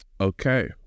Okay